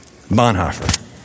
Bonhoeffer